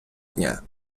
дня